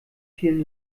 vielen